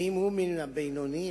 ואם הוא מן הבינוניים,